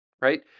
Right